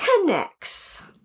connects